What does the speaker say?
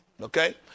okay